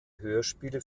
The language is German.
hörspiele